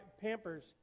pampers